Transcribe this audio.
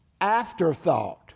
afterthought